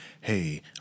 hey